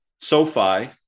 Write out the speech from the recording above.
SoFi